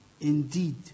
indeed